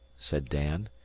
said dan.